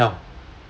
what the hell